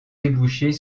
déboucher